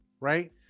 right